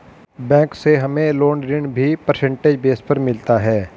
bank से हमे loan ऋण भी परसेंटेज बेस पर मिलता है